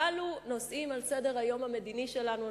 הכלו נושאים על סדר-היום המדיני שלנו,